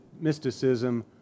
mysticism